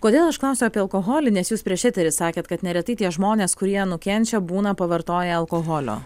kodėl aš klausiu apie alkoholį nes jūs prieš eterį sakėt kad neretai tie žmonės kurie nukenčia būna pavartoję alkoholio